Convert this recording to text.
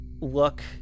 look